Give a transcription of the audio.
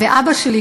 ואבא שלי,